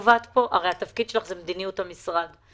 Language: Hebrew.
התפקיד שלך הוא מדיניות המשרד.